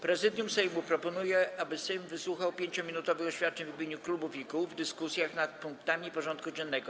Prezydium Sejmu proponuje, aby Sejm wysłuchał 5-minutowych oświadczeń w imieniu klubów i kół w dyskusjach nad punktami porządku dziennego.